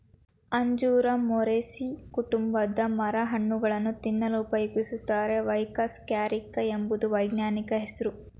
ಅಂಜೂರ ಮೊರೇಸೀ ಕುಟುಂಬದ ಮರ ಹಣ್ಣುಗಳನ್ನು ತಿನ್ನಲು ಉಪಯೋಗಿಸುತ್ತಾರೆ ಫೈಕಸ್ ಕ್ಯಾರಿಕ ಎಂಬುದು ವೈಜ್ಞಾನಿಕ ಹೆಸ್ರು